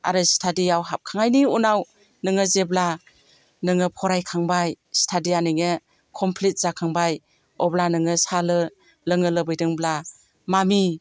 आरो स्टाडियाव हाबखांनायनि उनाव नोङो जेब्ला नोङो फरायखांबाय स्टाडिया नोङो कमप्लिट जाखांबाय अब्ला नोङो साहा लोंनो लुबैदोंब्ला मामि